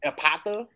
Epatha